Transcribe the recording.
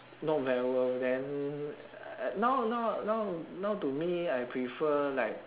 not very worth then now now now now to me I prefer like